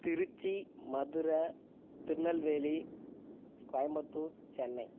Trichy Madurai Tirunelveli Coimbatore Chennai